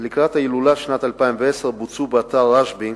לקראת ההילולה של שנת 2010 בוצעו באתר הרשב"י